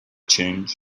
change